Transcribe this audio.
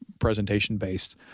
presentation-based